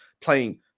playing